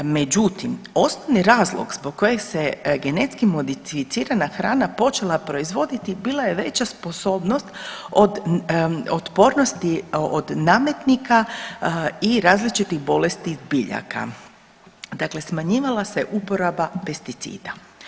Međutim, osnovni razlog zbog kojeg se genetski modificirana hrana počela proizvoditi bila je veća sposobnost otpornosti od nametnika i različitih bolesti biljaka, dakle smanjivala se uporaba pesticida.